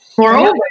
Moreover